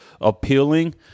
appealing